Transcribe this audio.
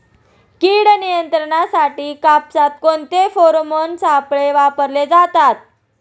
कीड नियंत्रणासाठी कापसात कोणते फेरोमोन सापळे वापरले जातात?